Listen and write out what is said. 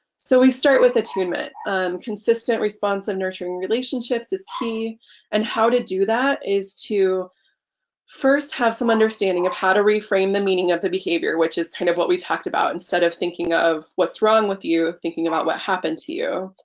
so we start with attunement consistent response and nurturing relationships is key and how to do that is to first have some understanding of how to reframe the meaning of the behavior which is kind of what we talked about instead of thinking of what's wrong with you of thinking about what happened to you.